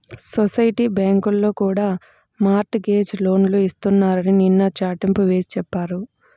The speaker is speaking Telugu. సొసైటీ బ్యాంకుల్లో కూడా మార్ట్ గేజ్ లోన్లు ఇస్తున్నారని నిన్న చాటింపు వేసి చెప్పారు